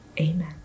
Amen